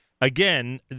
again